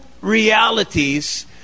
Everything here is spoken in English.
realities